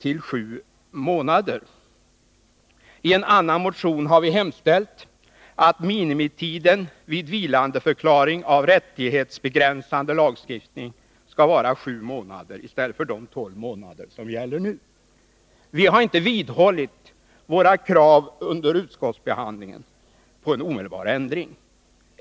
I en annan motion har vi hemställt att minimitiden vid vilandeförklaring av rättighetsbegränsande lagstiftning skall vara sju månader i stället för de tolv månader som nu gäller. Vi har inte under utskottsbehandlingen vidhållit kravet på en omedelbar ändring.